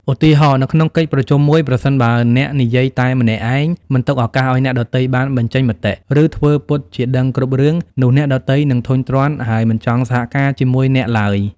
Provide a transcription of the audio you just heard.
ឧទាហរណ៍ នៅក្នុងកិច្ចប្រជុំមួយ ប្រសិនបើអ្នកនិយាយតែម្នាក់ឯង មិនទុកឱកាសឲ្យអ្នកដទៃបានបញ្ចេញមតិ ឬធ្វើពុតជាដឹងគ្រប់រឿង នោះអ្នកដទៃនឹងធុញទ្រាន់ ហើយមិនចង់សហការជាមួយអ្នកឡើយ។